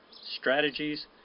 strategies